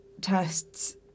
tests